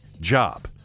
job